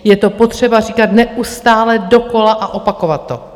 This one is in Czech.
Je to potřeba říkat neustále dokola a opakovat to.